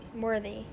worthy